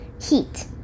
Heat